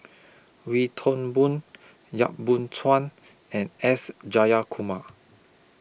Wee Toon Boon Yap Boon Chuan and S Jayakumar